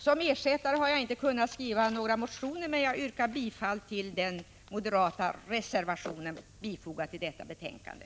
Som ersättare har jag inte kunnat skriva några motioner, men jag yrkar bifall till den moderata reservationen som är fogad till detta betänkande.